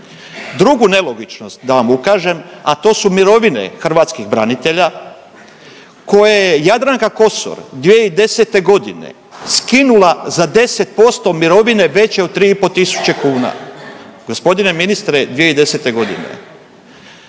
Drugu nelogičnost da vam ukažem, a to su mirovine hrvatskih branitelja koje je Jadranka Kosor 2010. godine skinula za 10% mirovine veće od 3 i pol tisuće kuna. Gospodine ministre, 2010. godine.